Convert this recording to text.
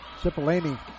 Cipollini